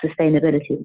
sustainability